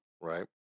Right